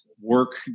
work